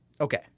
okay